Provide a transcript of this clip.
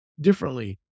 differently